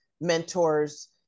mentors